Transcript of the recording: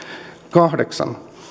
kahdeksan